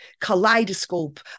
kaleidoscope